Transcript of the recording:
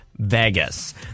vegas